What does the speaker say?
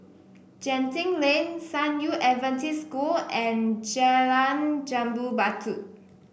Genting Lane San Yu Adventist School and Jalan Jambu Batu